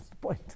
point